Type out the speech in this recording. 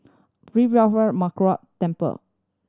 Arulmigu Murugan Temple